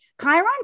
Chiron